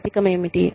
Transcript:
నైతికమేమిటి